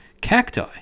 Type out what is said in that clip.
cacti